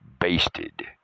basted